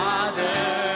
Father